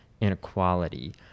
inequality